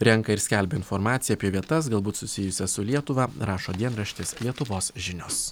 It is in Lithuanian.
renka ir skelbia informaciją apie vietas galbūt susijusias su lietuva rašo dienraštis lietuvos žinios